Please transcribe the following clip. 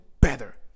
better